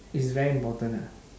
is very important ah